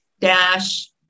Dash